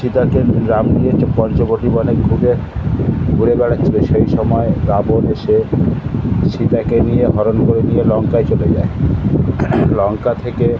সীতাকে রাম নিয়ে পঞ্চবটী বনে ঘুরে ঘুরে বেড়াচ্ছিল সেই সময় রাবণ এসে সীতাকে নিয়ে হরণ করে নিয়ে লঙ্কায় চলে যায় লঙ্কা থেকে